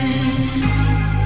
end